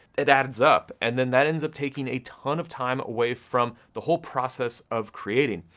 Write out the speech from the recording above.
it adds up, and then that ends up taking a ton of time away from the whole process of creating,